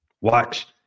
Watch